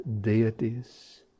deities